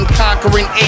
conquering